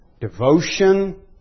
devotion